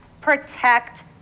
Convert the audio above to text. protect